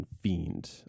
fiend